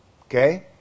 Okay